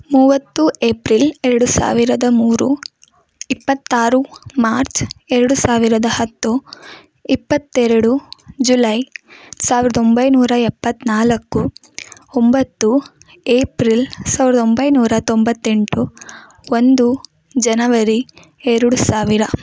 ಮೂವತ್ತು ಏಪ್ರಿಲ್ ಎರಡು ಸಾವಿರದ ಮೂರು ಇಪ್ಪತ್ತಾರು ಮಾರ್ಚ್ ಎರಡು ಸಾವಿರದ ಹತ್ತು ಇಪ್ಪತ್ತೆರಡು ಜುಲೈ ಸಾವಿರದ ಒಂಬೈನೂರ ಎಪ್ಪತ್ತು ನಾಲ್ಕು ಒಂಬತ್ತು ಏಪ್ರಿಲ್ ಸಾವಿರದ ಒಂಬೈನೂರ ತೊಂಬತ್ತೆಂಟು ಒಂದು ಜನವರಿ ಎರಡು ಸಾವಿರ